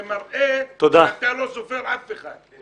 זה מראה שאתה לא סופר אף אחד.